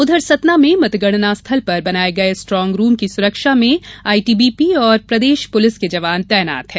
उधर सतना में मतगणना स्थल पर बनाये गये स्ट्रांग रूम की सुरक्षा में आईटीबीपी और प्रदेश पुलिस के जवान तैनात हैं